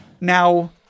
Now